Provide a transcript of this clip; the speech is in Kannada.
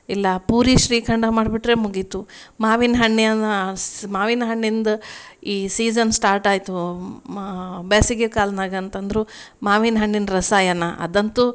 ಇಲ್ಲ ಪೂರಿ ಶ್ರೀಖಂಡ ಮಾಡಿಬಿಟ್ರೆ ಮುಗೀತು ಮಾವಿನ ಹಣ್ಣಿನ ಸ ಮಾವಿನ ಹಣ್ಣಿಂದ ಈ ಸೀಸನ್ ಸ್ಟಾರ್ಟಾಯ್ತು ಮಾ ಬೇಸಿಗೆ ಕಾಲ್ದಾಗಂತಂದ್ರು ಮಾವಿನ ಹಣ್ಣಿನ ರಸಾಯನ ಅದಂತೂ